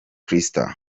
crystal